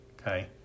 Okay